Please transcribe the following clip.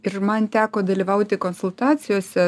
ir man teko dalyvauti konsultacijose